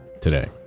today